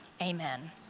amen